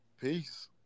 Peace